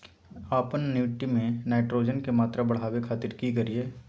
आपन मिट्टी में नाइट्रोजन के मात्रा बढ़ावे खातिर की करिय?